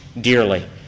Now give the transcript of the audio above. dearly